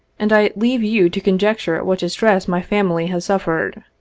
and i leave you to conjecture what distress my family has suffered.